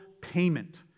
payment